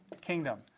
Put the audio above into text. kingdom